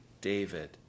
David